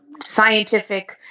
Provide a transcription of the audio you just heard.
scientific